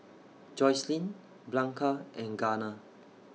Joycelyn Blanca and Garner